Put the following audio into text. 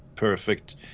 Perfect